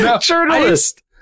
Journalist